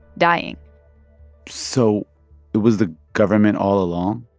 dying so it was the government all along?